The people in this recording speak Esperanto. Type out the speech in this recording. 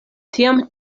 tiam